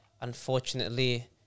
unfortunately